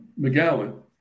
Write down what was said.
McGowan